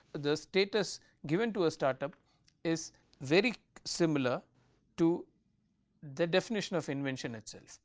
the status given to a start-up is very similar to the definition of invention itself.